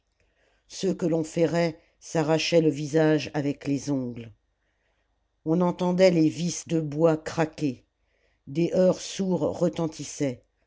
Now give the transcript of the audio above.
ceux que l'on ferrait s'arrachaient le visage avec les ongles on entendait les vis de bois craquer des heurts sourds retentissaient